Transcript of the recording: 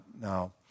Now